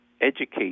educate